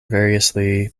variously